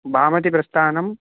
बामतिप्रस्तानं